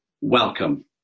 welcome